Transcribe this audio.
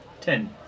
Ten